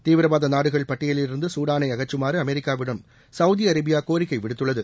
தீவிரவாத நாடுகள் பட்டியலிலிருந்து சூடானை அகற்றுமாறு அமெரிக்காவிடம் சவுதி அரேபியா கோரிக்கை விடுத்துள்ளது